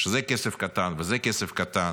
שזה כסף קטן וזה כסף קטן,